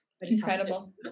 incredible